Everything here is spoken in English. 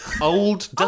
Old